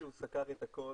אני חושב שהוא סקר את הכל.